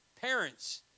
parents